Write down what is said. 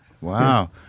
Wow